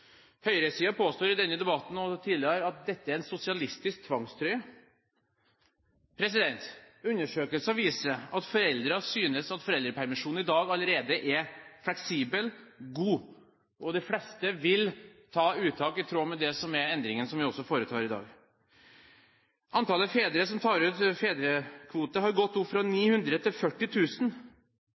påstår i denne debatten – og har gjort det tidligere – at dette er en sosialistisk tvangstrøye. Undersøkelser viser at foreldrene synes at foreldrepermisjonen i dag allerede er fleksibel og god, og de fleste vil ta uttak i tråd med endringen som vi foretar i dag. Antallet fedre som tar ut fedrekvote, har gått opp fra 900 til